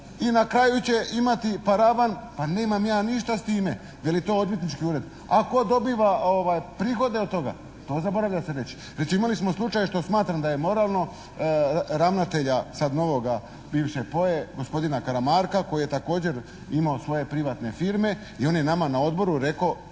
i na kraju će imati paravan, pa nemam ja ništa s time veli to odvjetnički ured, a tko dobiva prihode od toga to zaboravlja se reći. Recimo imali smo slučaj što smatram da je moralno ravnatelja sad novoga bivše POE, gospodina Karamarka koji je također imao svoje privatne firme i on je nama na odboru rekao,